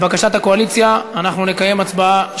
לבקשת הקואליציה, אנחנו נקיים הצבעה שמית.